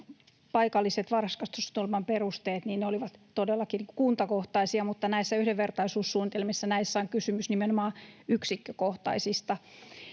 paikalliset varhaiskasvatussuunnitelman perusteet olivat todellakin kuntakohtaisia, mutta näissä yhdenvertaisuussuunnitelmissa on kysymys nimenomaan yksikkökohtaisista